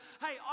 Hey